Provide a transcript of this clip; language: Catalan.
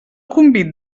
convit